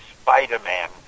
Spider-Man